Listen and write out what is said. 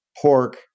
pork